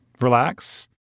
relax